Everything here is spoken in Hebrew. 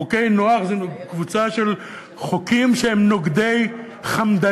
חוקי נו"ח הם קבוצה של חוקים שהם נוגדי חמדנות.